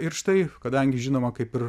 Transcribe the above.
ir štai kadangi žinoma kaip ir